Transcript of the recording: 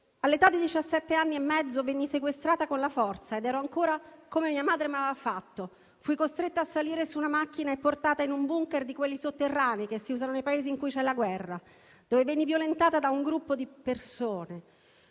«All'età di diciassette anni e mezzo venni sequestrata con la forza ed ero ancora come mia madre mi aveva fatto. Fui costretta a salire su una macchina e portata in un *bunker*, di quelli sotterranei che si usano nei Paesi in cui c'è la guerra, dove venni violentata da un gruppo di persone.